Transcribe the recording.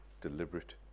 deliberate